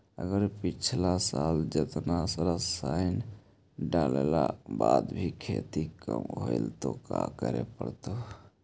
अगर पिछला साल जेतना रासायन डालेला बाद भी खेती कम होलइ तो का करे पड़तई?